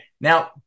Now